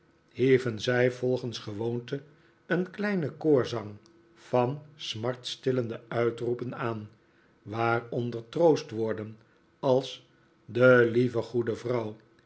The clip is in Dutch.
hieven zij volgens gewoonte een klein koorgezang van smartstillende uitroepen aan waaronder troostwoorden als de lieve goede vrouw